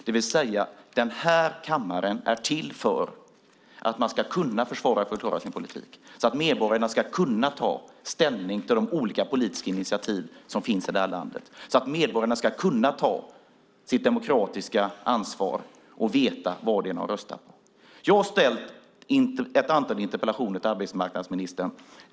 Denna kammare är till för att man ska försvara och förklara sin politik så att medborgarna ska kunna ta ställning till de olika politiska initiativ som finns i det här landet. Medborgarna ska kunna ta sitt demokratiska ansvar och veta vad det är de röstar på. Jag har ställt ett antal frågor till arbetsmarknadsministern.